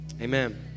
Amen